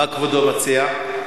מה כבודו מציע?